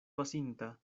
pasinta